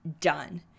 done